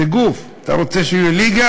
זה גוף, אתה רוצה שהוא יהיה ליגה?